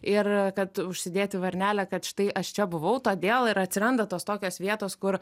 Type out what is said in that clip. ir kad užsidėti varnelę kad štai aš čia buvau todėl ir atsiranda tos tokios vietos kur